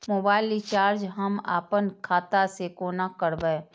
Mobile recharge हम आपन खाता से कोना करबै?